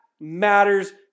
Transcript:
matters